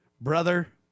Brother